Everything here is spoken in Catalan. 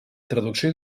traducció